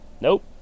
Nope